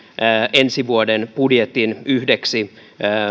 ensi vuoden budjettimme yhdeksi